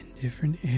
different